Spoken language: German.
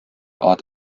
ort